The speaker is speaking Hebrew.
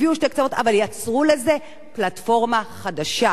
הביאו שני קצוות, אבל יצרו לזה פלטפורמה חדשה.